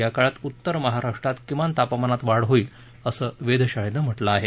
या काळात उत्तर महाराष्ट्रात किमान तापमानात वाढ होईल असं वेधशाळेन म्हटलं आहे